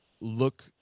look